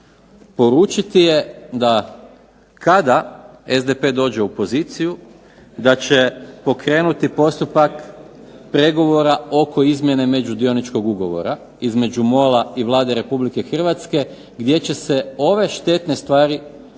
poručiti je da kada SDP dođe u poziciju da će pokrenuti postupak pregovora oko izmjene međudioničkog ugovora između MOL-a i Vlada Republike Hrvatske gdje će se ove štetne stvari koje